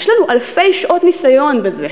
יש לנו אלפי שעות ניסיון בזה.